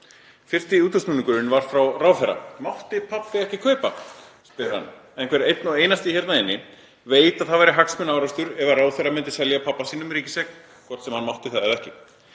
Fyrsti útúrsnúningurinn var frá ráðherra: Mátti pabbi ekki kaupa? spyr hann. En hver einn og einasti hérna inni veit að það væri hagsmunaárekstur ef ráðherra myndi selja pabba sínum ríkiseign, hvort sem hann mátti það eða ekki.